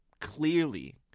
clearly